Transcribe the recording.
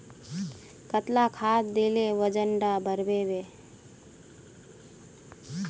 कतला खाद देले वजन डा बढ़बे बे?